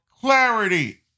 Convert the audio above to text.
clarity